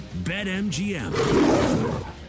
BetMGM